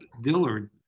Dillard